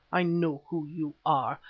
i know who you are.